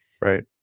right